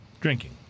drinking